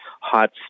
hot